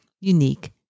unique